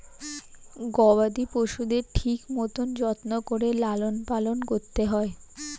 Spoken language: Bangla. গবাদি পশুদের ঠিক মতন যত্ন করে লালন পালন করতে হয়